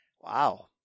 wow